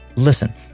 Listen